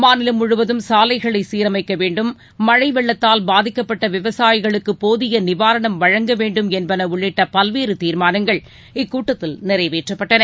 மாநிலம் முழுவதும் சாலைகளை சீரமைக்க வேண்டும் மழை வெள்ளத்தால் பாதிக்கப்பட்ட விவசாயிகளுக்கு போதிய நிவாரணம் வழங்க வேண்டும் என்பன உள்ளிட்ட பல்வேறு தீர்மானங்கள் இக்கூட்டத்தில் நிறைவேற்றப்பட்டன